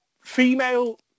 female